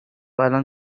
الان